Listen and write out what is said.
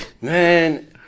man